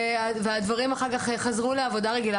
והדברים אחר כך חזרו לעבודה רגילה.